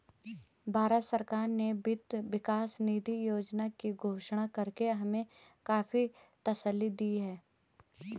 भारत सरकार ने वित्त विकास निधि योजना की घोषणा करके हमें काफी तसल्ली दी है